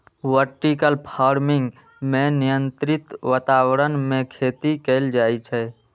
vertical farming मे नियंत्रित वातावरण मे खेती कैल जाइ छै